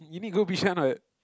you need go Bishan what